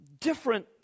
different